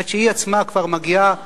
עד שהיא עצמה כבר מגיעה לקרקע,